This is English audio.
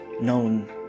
known